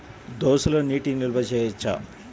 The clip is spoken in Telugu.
దోసలో నీటి నిల్వ చేయవచ్చా?